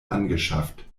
angeschafft